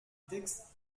texte